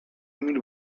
emil